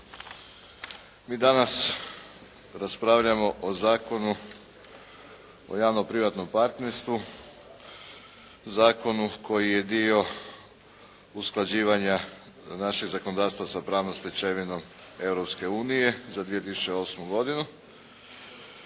Mi danas raspravljamo o Zakonu o javno-privatnom partnerstvu, zakonu koji je dio usklađivanja našeg zakonodavstva sa pravnom stečevinom Europske unije za 2008. godinu.